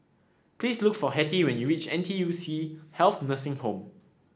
please look for Hetty when you reach N T U C Health Nursing Home